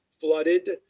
flooded